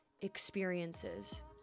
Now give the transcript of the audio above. experiences